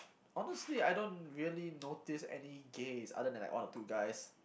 honestly I don't really notice any gays other then one or two guys